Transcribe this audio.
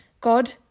God